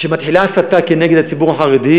כשמתחילה הסתה נגד הציבור החרדי,